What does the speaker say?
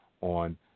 on